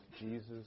Jesus